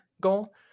goal